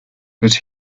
but